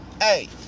hey